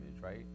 right